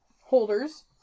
holders